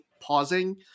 pausing